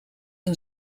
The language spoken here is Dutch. een